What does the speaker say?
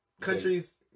countries